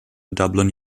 dublin